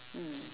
mm